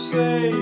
say